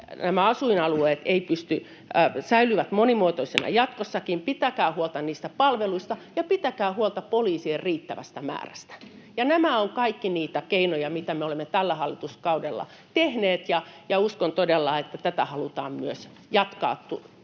että asuinalueet säilyvät monimuotoisina jatkossakin, pitäkää huolta palveluista ja pitäkää huolta poliisien riittävästä määrästä. Nämä ovat kaikki niitä keinoja, mitä me olemme tällä hallituskaudella tehneet, ja uskon todella, että tätä halutaan myös jatkaa tulevan